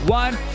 one